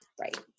Right